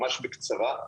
ממש בקצרה.